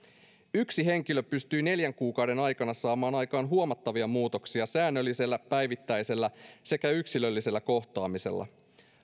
yksi henkilö pystyi neljän kuukauden aikana saamaan aikaan huomattavia muutoksia säännöllisellä päivittäisellä sekä yksilöllisellä kohtaamisella